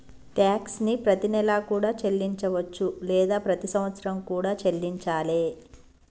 tax ని ప్రతినెలా కూడా చెల్లించవచ్చు లేదా ప్రతి సంవత్సరం కూడా చెల్లించాలే